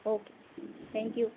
okay thank you